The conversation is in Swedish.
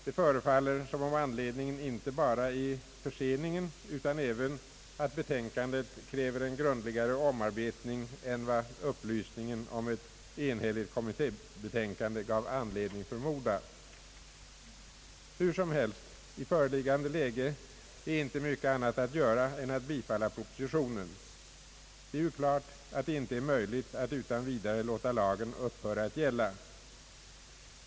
Det förefaller som om anledningen inte bara är förseningen, utan även att betänkandet kräver en grundligare omarbetning än vad upplysningen om ett enhälligt kommittébetänkande gav anledning att förmoda. Hur som helst — i föreliggande läge är icke mycket annat att göra än att bifalla propositionen. Det är ju klart att det icke är möjligt att utan vidare låta lagen upphöra att gälla.